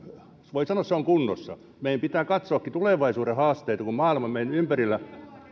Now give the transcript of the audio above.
kunnossa meidän pitää katsoakin tulevaisuuden haasteita kun maailma meidän ympärillämme